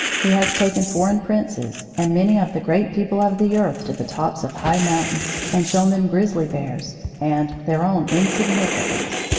he has taken foreign princes and many of the great people of the earth to the tops of high mountains, and shown them grizzly bears, and their own insignificance,